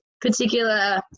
particular